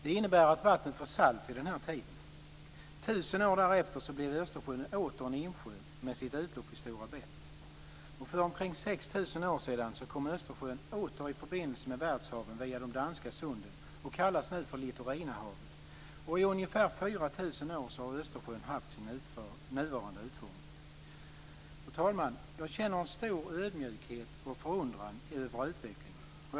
Det innebär att vattnet var salt vid denna tid. 1 000 år därefter blev Östersjön åter en insjö med sitt utlopp vid Stora Bält. För omkring 6 000 år sedan kom Östersjön åter i förbindelse med världshaven via de danska sunden och kallades för Litorinahavet. I ungefär 4 000 år har Östersjön haft sin nuvarande utformning. Fru talman! Jag känner en stor ödmjukhet och förundran över utvecklingen.